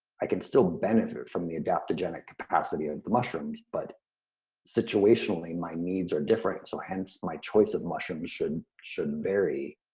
i can still benefit from the adaptogenic capacity of the mushrooms, but situationally my needs are different. so hence my choice of mushrooms should should vary,